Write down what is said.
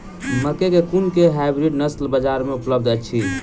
मकई केँ कुन केँ हाइब्रिड नस्ल बजार मे उपलब्ध अछि?